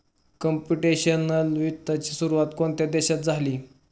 Computational वित्ताची सुरुवात कोणत्या देशात झाली?